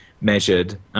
measured